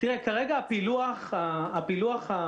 כרגע הפילוח המספרי,